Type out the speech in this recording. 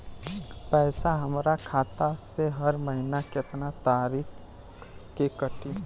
पैसा हमरा खाता से हर महीना केतना तारीक के कटी?